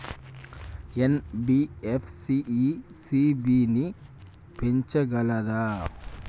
NBFC ECB ని పెంచగలదా?